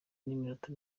n’iminota